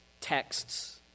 texts